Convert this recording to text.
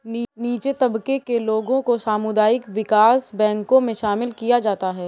नीचे तबके के लोगों को सामुदायिक विकास बैंकों मे शामिल किया जाता है